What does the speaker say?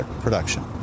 production